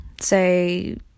Say